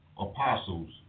Apostles